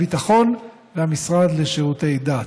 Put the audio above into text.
הביטחון והמשרד לשירותי דת.